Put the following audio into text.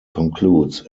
concludes